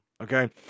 Okay